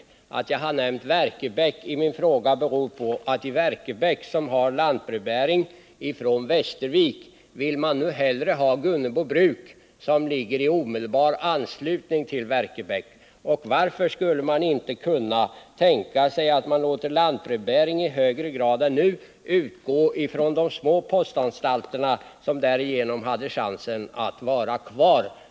Anledningen till att jag nämnde Verkebäck i min fråga är att man där har lantbrevbäring från Västervik men hellre vill ha den från Gunnebobruk, som ligger i omedelbar anslutning till Verkebäck. Varför kan man inte tänka sig att låta lantbrevbäringen i högre grad än nu utgå från de små postanstalterna, som därigenom skulle få en chans att vara kvar?